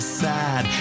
sad